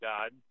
God